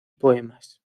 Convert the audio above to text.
poemas